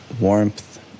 Warmth